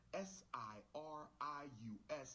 S-I-R-I-U-S